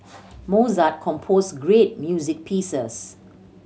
Mozart composed great music pieces